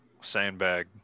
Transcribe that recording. sandbag